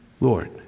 Lord